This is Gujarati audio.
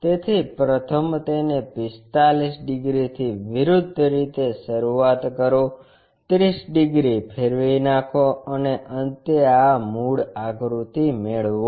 તેથી પ્રથમ તેને 45 ડિગ્રીથી વિરુદ્ધ રીતે શરૂઆત કરો 30 ડિગ્રી ફેરવી નાખો અને અંતે આ મૂળ આકૃતિ મેળવો